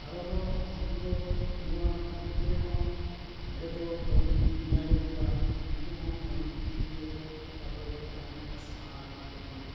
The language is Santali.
ᱥᱟᱨᱚ ᱫᱚ ᱩᱱᱠᱩ ᱫᱚ ᱱᱚᱣᱟ ᱵᱩᱨᱩ ᱠᱚᱨᱮ ᱦᱚᱸ ᱰᱷᱮᱨ ᱫᱚ ᱵᱟᱹᱧ ᱧᱮᱞᱮᱫ ᱠᱚᱣᱟ ᱩᱱᱠᱩ ᱦᱚᱸ ᱵᱟᱹᱱᱩᱜ ᱤᱭᱟᱹ ᱠᱚ ᱚᱠᱟ ᱠᱚᱨᱮ ᱠᱚ ᱛᱟᱦᱮᱱ ᱠᱟᱱᱟ ᱥᱟᱦᱟ ᱟᱠᱟᱱᱟ ᱠᱚ ᱯᱟᱞᱮᱱ